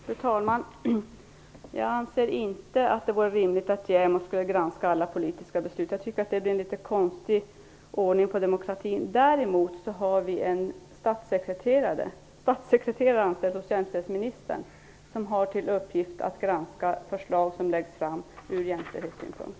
Fru talman! Jag anser inte att det vore rimligt att JämO skulle granska alla politiska beslut. Det skulle bli en något konstig ordning på demokratin. Däremot har vi en statssekreterare anställd hos jämställdhetsministern som har till uppgift att granska förslag som läggs fram ur jämställdhetssynpunkt.